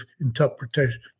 interpretation